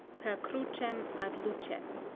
per crucem ad lucem.